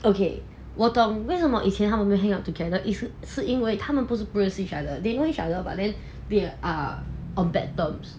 okay 我懂为什么以前他们没有 hang out together if 是因为他们不是不认识 each other they know each other but then there are on bad terms